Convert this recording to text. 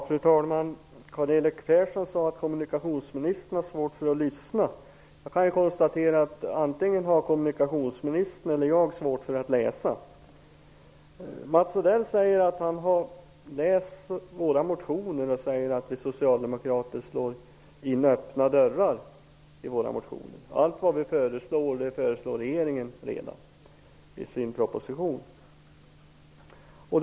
Fru talman! Karl-Erik Persson sade att kommunikationsministern har svårt att lyssna. Jag kan konstatera att antingen jag eller kommunikationsministern har svårt att läsa. Mats Odell säger att han har läst våra motioner och menar att vi socialdemokrater slår in öppna dörrar i våra motioner. Han säger att det vi föreslår redan har föreslagits av regeringen i propositionen.